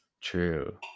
True